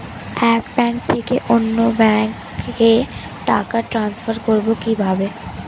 এক ব্যাংক থেকে অন্য ব্যাংকে টাকা ট্রান্সফার করবো কিভাবে?